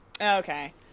Okay